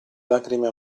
lacrime